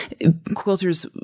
quilters